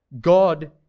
God